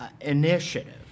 initiative